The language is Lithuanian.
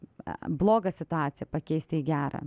blogą situaciją pakeisti į gerą